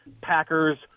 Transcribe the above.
Packers